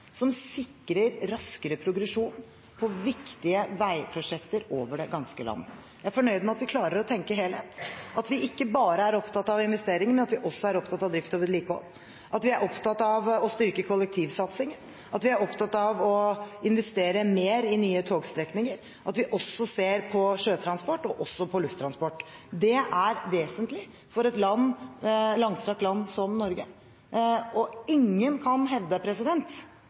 som sikrer raskere progresjon på viktige veiprosjekter over det ganske land. Jeg er fornøyd med at vi klarer å tenke helhet, at vi ikke bare er opptatt av investeringer, men at vi også er opptatt av drift og vedlikehold, at vi er opptatt av å styrke kollektivsatsingen, at vi er opptatt av å investere mer i nye togstrekninger, at vi ser på sjøtransport og også på lufttransport. Det er vesentlig for et langstrakt land som Norge, og ingen kan hevde